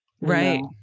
Right